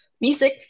music